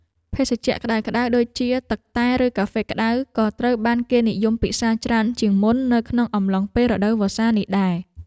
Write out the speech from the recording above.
ភេសជ្ជៈក្ដៅៗដូចជាទឹកតែ ឬកាហ្វេក្ដៅ ក៏ត្រូវបានគេនិយមពិសារច្រើនជាងមុននៅក្នុងអំឡុងពេលរដូវវស្សានេះដែរ។